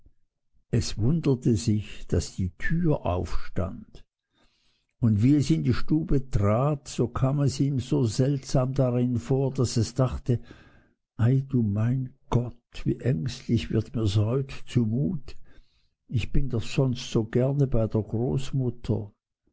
es wunderte sich daß die türe aufstand und wie es in die stube trat so kam es ihm so seltsam darin vor daß dachte ei du mein gott wie ängstlich wird mirs heute zumut und ich bin sonst so gerne bei der großmutter